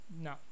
no